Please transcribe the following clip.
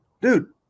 Dude